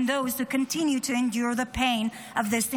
those who continue to endure the pain of this invasion.